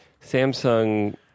samsung